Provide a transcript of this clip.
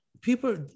people